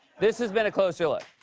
this has been a closer look.